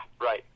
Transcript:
Right